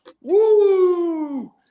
woo